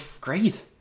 great